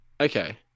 Okay